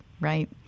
right